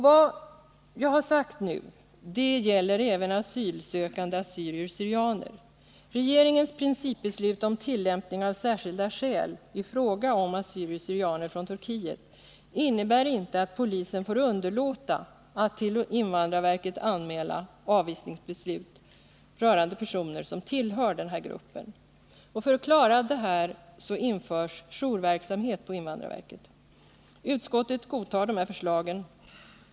Vad jag nu har sagt gäller även asylansökande assyrier syrianer från Turkiet innebär inte att polisen får underlåta att till invandrarverket anmäla avvisningsbeslut rörande person som tillhör denna grupp. För att klara detta införs jourverksamhet på invandrarverket. Utskottet godtar de här förslagen.